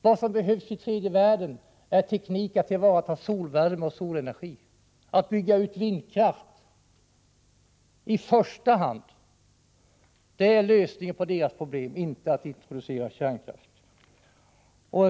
Vad som behövs i tredje världen är i första hand teknik för att tillvarata solvärme och solenergi och för att tillvarata vindkraften. Det är lösningen på deras problem — inte att producera kärnkraft.